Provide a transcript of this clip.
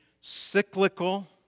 cyclical